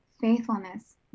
faithfulness